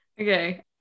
Okay